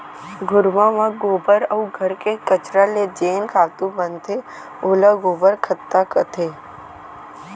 घुरूवा म गोबर अउ घर के कचरा ले जेन खातू बनथे ओला गोबर खत्ता कथें